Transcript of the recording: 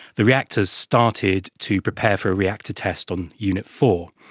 the reactors started to prepare for a reactor test on unit four,